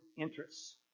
interests